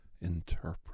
Interpret